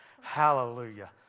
Hallelujah